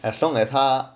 as long as 他